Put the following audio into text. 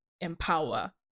empower